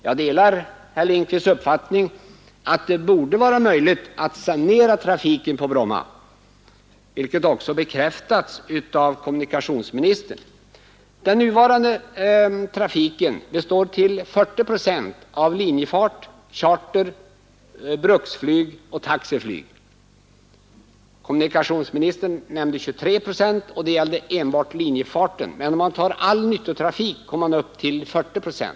Jag delar herr Lindkvists uppfattning att det borde vara möjligt att sanera trafiken på Bromma, vilket också bekräftats av kommunikationsministern. Den nuvarande trafiken består till 40 procent av linjefart, charter, bruksflyg och taxiflyg. Kommunikationsministern nämnde 23 procent, och det gällde enbart linjefarten, men om man tar hela nyttotrafiken kommer man upp till 40 procent.